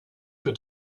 für